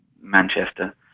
Manchester